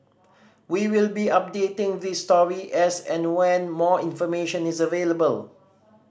we will be updating this story as and when more information is available